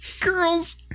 Girls